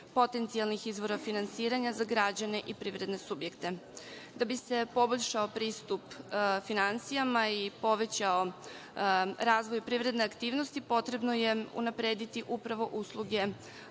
potencijalnih izvora finansiranja za građane i privredne subjekte. Da bi se poboljšao pristup finansijama i povećao razvoj privredne aktivnosti, potrebno je unaprediti, upravo, usluge